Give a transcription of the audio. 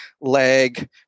leg